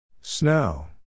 Snow